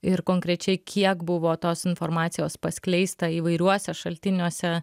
ir konkrečiai kiek buvo tos informacijos paskleista įvairiuose šaltiniuose